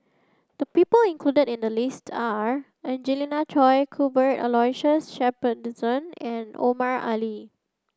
the people included in the list are Angelina Choy Cuthbert Aloysius Shepherdson and Omar Ali